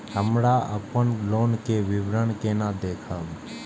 हमरा अपन लोन के विवरण केना देखब?